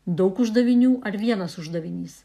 daug uždavinių ar vienas uždavinys